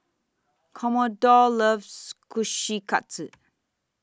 Commodore loves Kushikatsu